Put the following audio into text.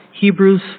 Hebrews